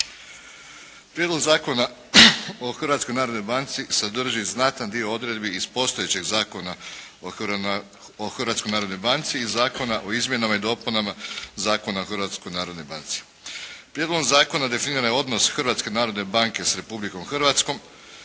Prijedlog zakona o Hrvatskoj narodnoj banci sadrži znatan dio odredbi iz postojećeg Zakona o Hrvatskoj narodnoj banci i Zakona o izmjenama i dopunama Zakona o Hrvatskoj narodnoj banci. Prijedlogom zakona definiran je odnos Hrvatske narodne banke s Republikom Hrvatskom,